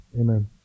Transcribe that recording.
Amen